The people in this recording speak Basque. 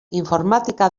informatika